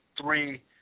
three